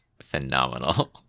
Phenomenal